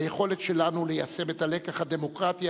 היכולת שלנו ליישם את הלקח הדמוקרטי